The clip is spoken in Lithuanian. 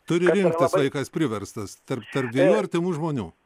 turi rinktis vaikas priverstas tarp tarp dviejų artimų žmonių